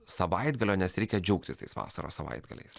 savaitgalio nes reikia džiaugtis tais vasaros savaitgaliais